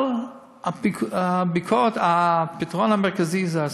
אבל הפתרון המרכזי זה הסיעוד.